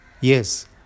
Yes